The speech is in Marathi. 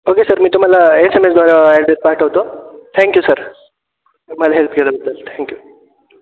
ओके सर मी तुम्हाला एस एम एसवर ॲड्रेस पाठवतो थँक्यू सर मला हेल्प केल्याबद्दल थँक्यू